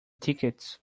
tickets